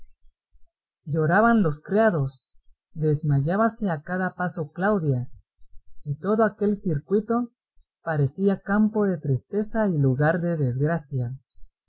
lloraban los criados desmayábase a cada paso claudia y todo aquel circuito parecía campo de tristeza y lugar de desgracia